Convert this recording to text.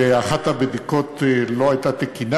ואחת הבדיקות לא הייתה תקינה.